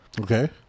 Okay